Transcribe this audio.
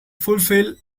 fulfil